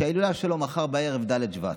ההילולה שלו מחר בערב, ד' בשבט.